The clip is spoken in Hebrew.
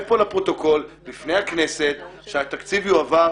פה לפרוטוקול בפני הכנסת שהתקציב יועבר,